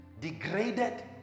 degraded